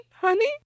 honey